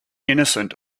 innocent